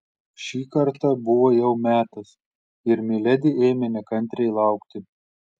šį kartą buvo jau metas ir miledi ėmė nekantriai laukti